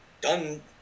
done